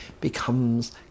becomes